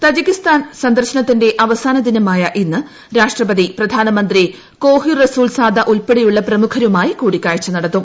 Tajikistan സന്ദർശനത്തിന്റെ അവസാന ദിനമായ ഇന്ന് രാഷ്ട്രപതി പ്രധാനമന്ത്രി കോഹിർ റസൂൽ സാദ ഉൾപ്പെടെയുളള പ്രമുഖരുമായി കൂടിക്കാഴ്ച നടത്തും